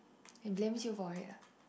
he blames you for it ah